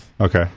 Okay